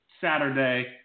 Saturday